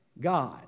God